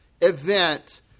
event